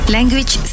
Language